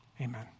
Amen